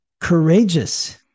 courageous